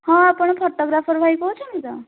ହଁ ଆପଣ ଫଟୋଗ୍ରାଫର୍ ଭାଇ କହୁଛନ୍ତି ତ